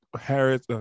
Harris